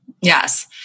Yes